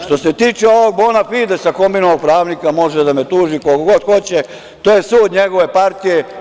Što se tiče ovog „Bona fidesa“, kombinovanog pravnika, može da me tuži koliko god hoće, to je sud njegove partije.